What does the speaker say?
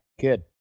Good